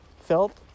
felt